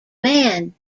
man